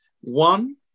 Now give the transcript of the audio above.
one